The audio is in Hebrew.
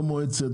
לא מועצת,